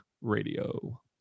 Radio